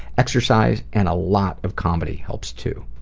exercise and a lot of comedy helps too.